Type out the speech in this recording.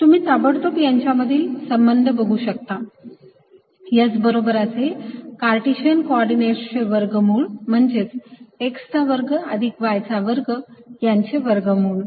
तुम्ही ताबडतोब यांमधील संबंध बघू शकता S बरोबर असेल कार्टेशियन कोऑर्डिनेट्सचे वर्गमूळ म्हणजेच x चा वर्ग अधिक y चा वर्ग यांचे वर्गमूळ